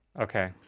Okay